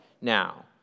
now